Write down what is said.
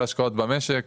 על השקעות במשק.